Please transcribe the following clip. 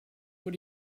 what